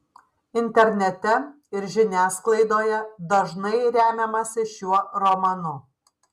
internete ir žiniasklaidoje dažnai remiamasi šiuo romanu